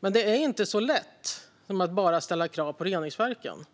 Men det är inte så lätt som att bara ställa krav på reningsverken.